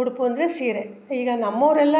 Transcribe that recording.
ಉಡುಪು ಅಂದರೆ ಸೀರೆ ಈಗ ನಮ್ಮವರೆಲ್ಲ